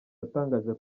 yatangaje